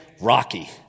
Rocky